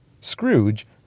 Scrooge